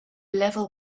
level